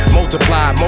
multiply